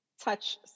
touch